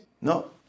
No